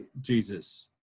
Jesus